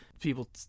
people